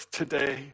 today